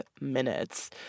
minutes